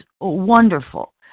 wonderful